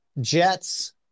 jets